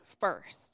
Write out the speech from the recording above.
first